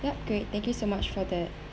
yup great thank you so much for that